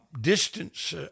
distance